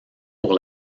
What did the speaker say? pour